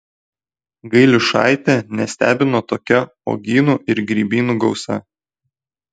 gailiušaitę nestebino tokia uogynų ir grybynų gausa